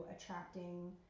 attracting